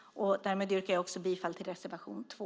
Därmed yrkar jag också bifall till reservation 2.